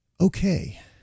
Okay